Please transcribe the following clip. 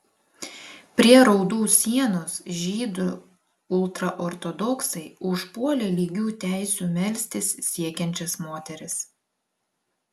prie raudų sienos žydų ultraortodoksai užpuolė lygių teisių melstis siekiančias moteris